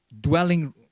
dwelling